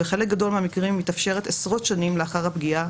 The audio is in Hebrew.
בחלק גדול מהמקרים מתאפשרת עשרות שנים לאחר הפגיעה,